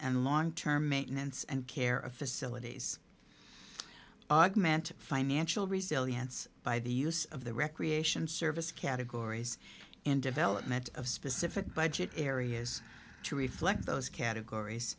and long term maintenance and care of facilities augmented financial resilience by the use of the recreation service categories and development of specific budget areas to reflect those categories